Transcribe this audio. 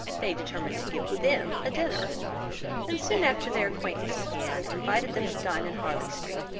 they determined to give them a dinner and soon after their acquaintance began, invited them to dine in harley street,